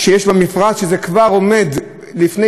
שזה כבר עומד לפני אישורים סופיים,